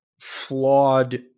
flawed